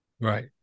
Right